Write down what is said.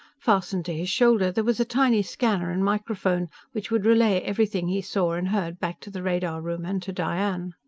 fastened to his shoulder there was a tiny scanner and microphone, which would relay everything he saw and heard back to the radar room and to diane.